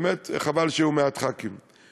באמת חבל שהיו מעט חברי כנסת,